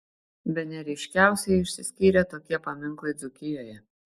bene ryškiausiai išsiskyrė tokie paminklai dzūkijoje